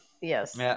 Yes